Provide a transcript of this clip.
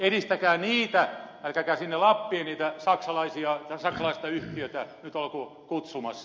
edistäkää niitä älkääkä sinne lappiin saksalaista yhtiötä nyt olko kutsumassa